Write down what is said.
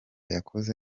yakoze